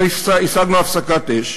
אבל השגנו הפסקת אש,